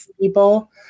people